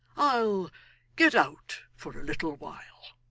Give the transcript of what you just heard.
i'll get out for a little while